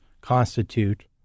constitute